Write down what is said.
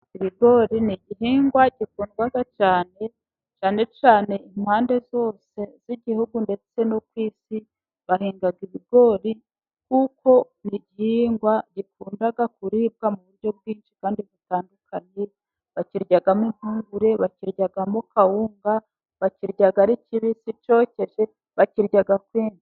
Ibigori ni igihingwa gikundwa cyane, cyane cyane impande zose z'igihugu ndetse no ku isi bahinga ibigori, kuko ni igihingwa gikunda kuribwa mu buryo bwinshi kandi butandukanye, bakiryamo impugure, bakiryamo kawunga, bakirya ari kibisi cyokeje, bakirya kwinshi.